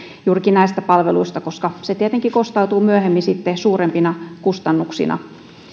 juurikin näistä palveluista koska se tietenkin kostautuu myöhemmin sitten suurempina kustannuksina